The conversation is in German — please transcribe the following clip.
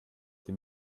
dem